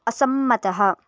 असम्मतः